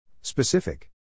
Specific